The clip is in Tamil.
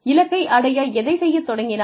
இலக்கை அடைய எதைச் செய்ய தொடங்கினார்கள்